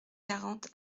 quarante